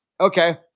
okay